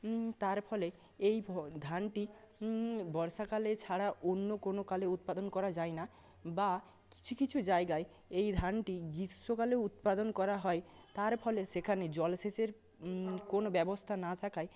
তার ফলে এই ধানটি বর্ষাকালে ছাড়া অন্য কোনো কালে উৎপাদন করা যায় না বা কিছু কিছু জায়গায় এই ধানটি গ্রীষ্মকালেও উৎপাদন করা হয় তার ফলে সেখানে জলসেচের কোনো ব্যবস্থা না থাকায়